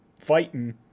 fighting